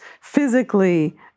physically